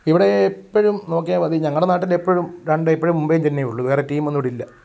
ഇവിടെ എപ്പോഴും നോക്കിയാൽ മതി ഞങ്ങളുടെ നാട്ടിൽ എപ്പോഴും രണ്ട് ഇപ്പോഴും മുംബൈ ചെന്നൈയ്യേയുള്ളൂ വേറെ ടീമൊന്നും ഇവിടെയില്ല